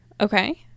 okay